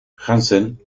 hansen